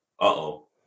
uh-oh